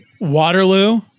Waterloo